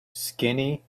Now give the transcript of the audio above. skinny